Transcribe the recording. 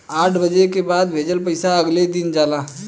आठ बजे के बाद भेजल पइसा अगले दिन जाला